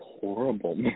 horrible